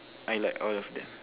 I like all of them